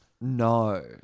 No